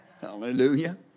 Hallelujah